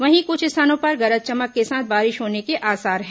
वहीं क्छ स्थानों पर गरज चमक के साथ बारिश होने के आसार हैं